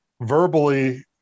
verbally